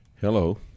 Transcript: hello